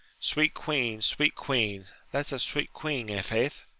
sweet queen, sweet queen that's a sweet queen, i' faith.